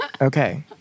Okay